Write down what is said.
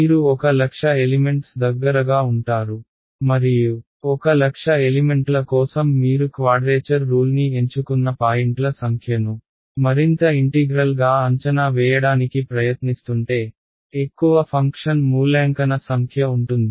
మీరు ఒక లక్ష ఎలిమెంట్స్ దగ్గరగా ఉంటారు మరియు ఒక లక్ష ఎలిమెంట్ల కోసం మీరు క్వాడ్రేచర్ రూల్ని ఎంచుకున్న పాయింట్ల సంఖ్యను మరింత ఇంటిగ్రల్ గా అంచనా వేయడానికి ప్రయత్నిస్తుంటే ఎక్కువ ఫంక్షన్ మూల్యాంకన సంఖ్య ఉంటుంది